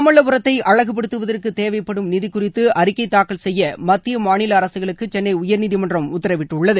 மாமல்லபுரத்தை அழகுபடுத்துவதற்கு தேவைப்படும் நிதி குறித்து அறிக்கை தாக்கல் செய்ய மத்திய மாநில அரசுகளுக்கு சென்னை உயர்நீதிமன்றம் உத்தரவிட்டுள்ளது